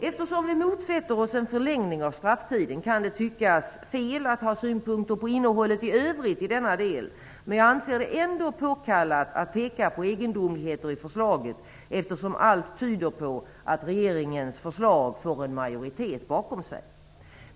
Eftersom vi motsätter oss en förlängning av strafftiden kan det tyckas fel att ha synpunkter på innehållet i övrigt i denna del, men jag anser det ändå påkallat att peka på egendomligheter i förslaget eftersom allt tyder på att regeringens förslag får en majoritet bakom sig.